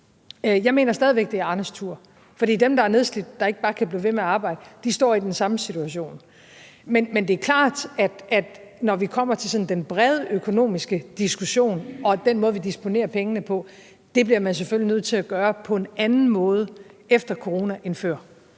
Jeg mener stadig væk, det er Arnes tur, for det er dem, der er nedslidte, der ikke bare kan blive ved med at arbejde, og de står i den samme situation. Men det er klart, at vi i forbindelse med den brede økonomiske diskussion om den måde, vi disponerer pengene på, bliver vi selvfølgelig nødt til at disponere dem på en anden måde efter corona end før.